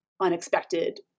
unexpected